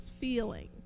feeling